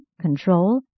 control